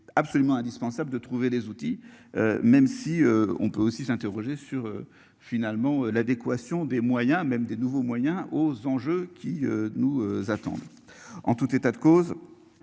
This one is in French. absolument indispensable de trouver des outils. Même si on peut aussi s'interroger sur finalement l'adéquation des moyens même des nouveaux moyens aux enjeux qui nous attendent. En tout état de cause.